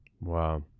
Wow